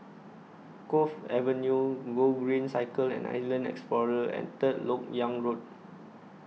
Cove Avenue Gogreen Cycle and Island Explorer and Third Lok Yang Road